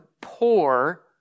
poor